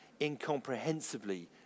incomprehensibly